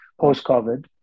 post-COVID